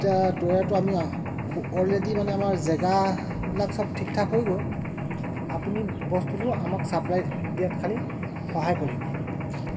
তৈয়াৰটো আমি অলৰেডি মানে আমাৰ জেগাবিলাক চব ঠিক ঠাক হৈ গ'ল আপুনি বস্তুটো আমাক চাপ্লাই দিয়াত খালি সহায় কৰিব